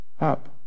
up